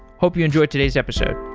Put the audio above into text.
hope you enjoy today's episode.